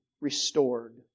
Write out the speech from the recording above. restored